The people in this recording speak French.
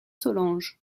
solange